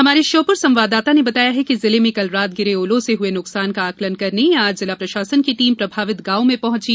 हमारे श्योपुर संवाददाता ने बताया है कि जिले में कल रात गिरे ओलों से हुए नुकसान का आकलन करने आज जिला प्रशासन की टीम प्रभावित गांव में पहुंची